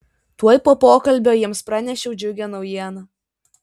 tuoj po pokalbio jiems pranešiau džiugią naujieną